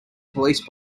police